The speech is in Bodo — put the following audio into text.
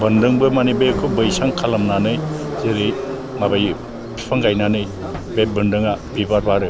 बोन्दोंबो माने बेखौ बैसां खालामनानै जेरै माबायो फिफां गायनानै बे बोन्दोंआ बिबार बारो